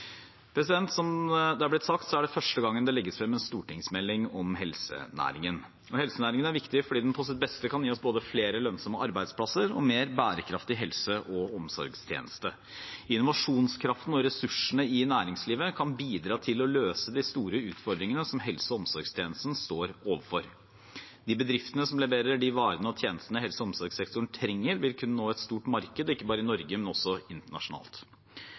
fremover. Som det er blitt sagt, er det første gang det legges frem en stortingsmelding om helsenæringen. Helsenæringen er viktig fordi den på sitt beste kan gi oss både flere lønnsomme arbeidsplasser og en mer bærekraftig helse- og omsorgstjeneste. Innovasjonskraften og ressursene i næringslivet kan bidra til å løse de store utfordringene som helse- og omsorgstjenesten står overfor. De bedriftene som leverer de varene og tjeneste helse- og omsorgssektoren trenger, vil kunne nå et stort marked, ikke bare i Norge, men også internasjonalt.